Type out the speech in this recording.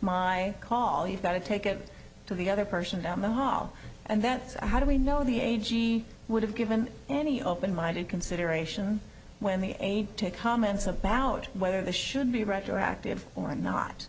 my call you've got to take it to the other person down the hall and that's how do we know the a g would have given any open minded consideration when they take comments about whether this should be retroactive or not